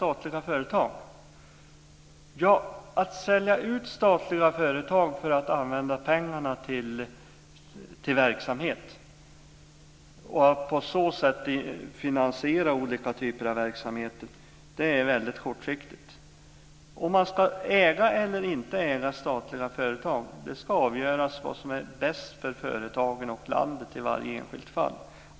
Att sälja ut statliga företag för att finansiera olika typer av verksamhet är väldigt kortsiktigt. Om man ska äga statliga företag eller inte ska avgöras med hänsyn till vad som är bäst för företagen och för landet i varje enskilt fall.